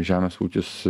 žemės ūkis